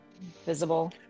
visible